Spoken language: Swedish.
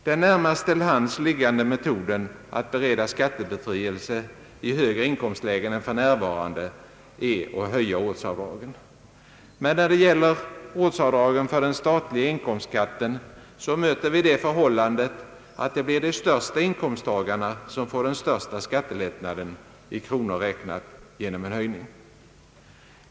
Den närmast till hands liggande metoden för att bereda skattebefrielse i högre inkomstlägen än för närvarande är att höja ortsavdragen. Men när det gäller ortsavdragen för den statliga inkomstskatten möter vi det förhållandet att det blir de största inkomsttagarna som får den största skattelättnaden — i kronor räknat — genom en höjning.